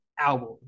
album